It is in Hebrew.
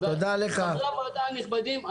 חברי הוועדה הנכבדים,